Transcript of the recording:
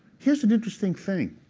here's an interesting thing.